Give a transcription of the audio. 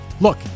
Look